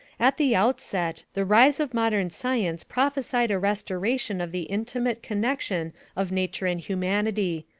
at the outset, the rise of modern science prophesied a restoration of the intimate connection of nature and humanity,